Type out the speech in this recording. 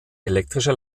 elektrische